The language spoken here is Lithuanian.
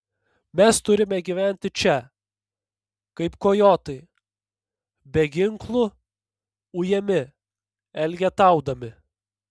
mes turime gyventi čia kaip kojotai be ginklų ujami elgetaudami